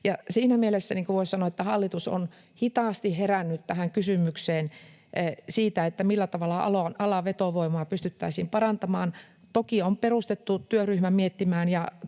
Siinä mielessä voisi sanoa, että hallitus on hitaasti herännyt tähän kysymykseen siitä, millä tavalla alan vetovoimaa pystyttäisiin parantamaan. Toki on perustettu työryhmä miettimään ja